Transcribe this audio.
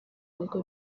bigo